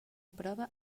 prova